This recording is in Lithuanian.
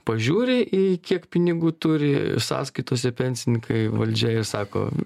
pažiūri į kiek pinigų turi sąskaitose pensininkai valdžia ir sako